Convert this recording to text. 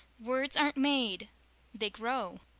words aren't made they grow,